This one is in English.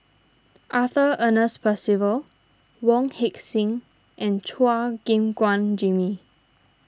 Arthur Ernest Percival Wong Heck Sing and Chua Gim Guan Jimmy